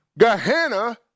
Gehenna